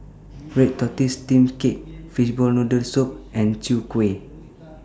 Red Tortoise Steamed Cake Fishball Noodle Soup and Chwee Kueh